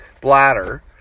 bladder